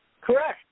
Correct